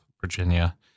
Virginia